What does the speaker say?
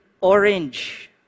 orange